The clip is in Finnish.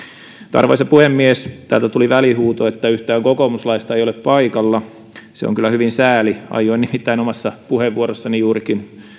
arvoisa puhemies täältä tuli välihuuto että yhtään kokoomuslaista ei ole paikalla se on kyllä hyvin sääli aioin nimittäin omassa puheenvuorossani juurikin